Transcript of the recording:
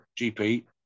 GP